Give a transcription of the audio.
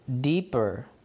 deeper